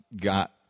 got